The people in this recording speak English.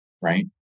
right